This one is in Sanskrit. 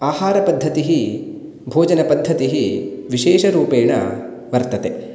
आहारपद्धतिः भोजनपद्धतिः विशेषरूपेण वर्तते